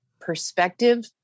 perspective